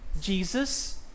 Jesus